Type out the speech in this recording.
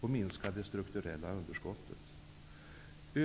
och minska det strukturella underskottet.